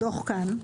הדוח כאן.